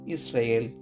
Israel